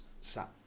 sat